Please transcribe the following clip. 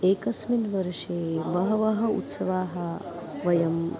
एकस्मिन् वर्षे बहवः उत्सवाः वयम्